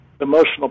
emotional